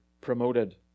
promoted